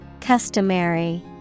Customary